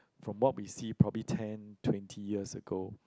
from what we see probably ten twenty years ago